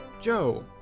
Joe